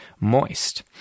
moist